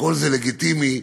הכול לגיטימי,